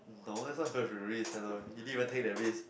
no that's not even risk at all he didn't even take the risk